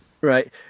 Right